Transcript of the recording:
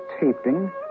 taping